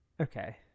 Okay